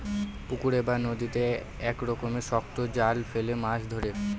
পুকুরে বা নদীতে এক রকমের শক্ত জাল ফেলে মাছ ধরে